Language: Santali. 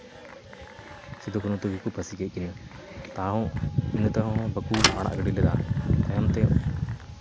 ᱥᱤᱫᱩ ᱠᱟᱹᱱᱦᱩ ᱛᱟᱹᱠᱤᱱ ᱠᱚ ᱯᱟᱹᱥᱤ ᱠᱮᱫ ᱠᱤᱱᱟᱹ ᱛᱟᱣ ᱱᱤᱛᱳᱜ ᱦᱚᱸ ᱵᱟᱠᱚ ᱟᱲᱟᱜ ᱜᱤᱰᱤ ᱞᱮᱫᱟ ᱛᱟᱭᱚᱢ ᱛᱮ